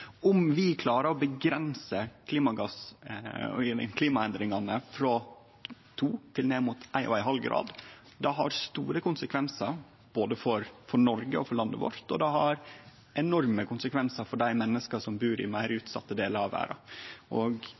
Om vi klarar å minke klimaendringane og gå frå 2 til ned mot 1,5 grader, har det store konsekvensar for Noreg, landet vårt, og det har enorme konsekvensar for dei menneska som bur i meir utsette delar av verda. Derfor betyr klimapolitikk mykje, og